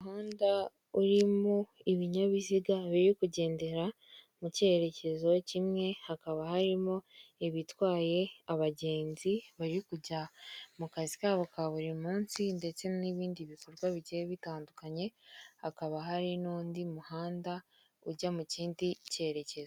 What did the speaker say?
Umuhanda urimo ibinyabiziga biri kugendera mu cyerekezo kimwe, hakaba harimo ibitwaye abagenzi bari kujya mu kazi kabo ka buri munsi ndetse n'ibindi bikorwa bigiye bitandukanye, hakaba hari n'undi muhanda ujya mu kindi cyerekezo.